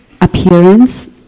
appearance